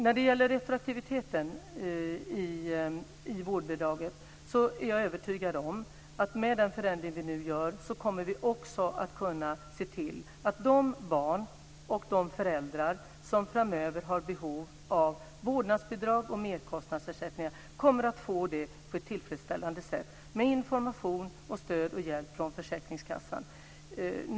När det gäller retroaktiviteten vid ansökan om vårdbidrag är jag övertygad om att vi, med den förändring som vi nu gör, också kommer att kunna se till att de barn och de föräldrar som framöver har behov av vårdbidrag och merkostnadsersättning får det på ett tillfredsställande sätt, genom information och stöd och hjälp från försäkringskassan.